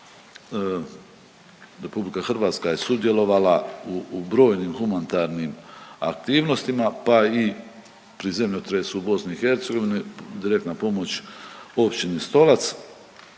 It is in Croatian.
Republika Hrvatska je sudjelovala u brojnim humanitarnim aktivnostima, pa i pri zemljotresu u BiH. Direktna pomoć općini Stolac.